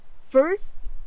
first